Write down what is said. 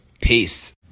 Peace